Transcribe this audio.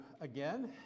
again